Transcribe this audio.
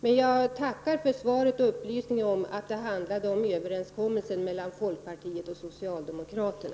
Men jag tackar för upplysningen att det handlade om överenskommelsen mellan folkpartiet och socialdemokraterna.